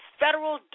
federal